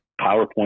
PowerPoint